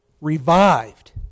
revived